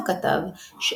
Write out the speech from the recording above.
ידידים ושכנים,